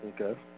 Okay